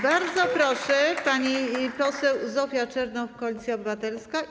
Bardzo proszę, pani poseł Zofia Czernow, Koalicja Obywatelska.